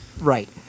Right